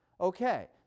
Okay